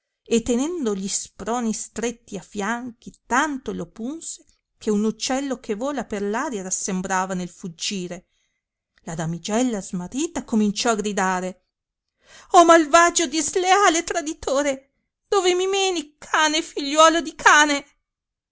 e tenendo gli sproni stretti a fianchi tanto lo punse che uno uccello che vola per l aria rassembrava nel fuggire la damigella smarrita cominciò gridare oh malvagio disleale e traditore dove mi meni cane figliuolo di cane